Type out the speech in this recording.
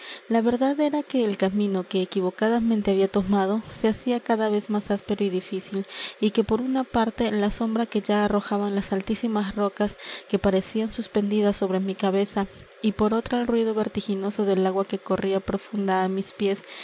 la verdad era que el camino que equivocadamente había tomado se hacía cada vez más áspero y difícil y que por una parte la sombra que ya arrojaban las altísimas rocas que parecían suspendidas sobre mi cabeza y por otra el ruido vertiginoso del agua que corría profunda á mis pies